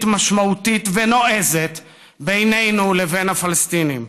משמעותית ונועזת בינינו לבין הפלסטינים.